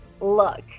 look